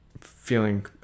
feeling